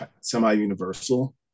semi-universal